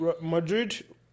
Madrid